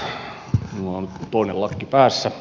minulla on toinen lakki päässä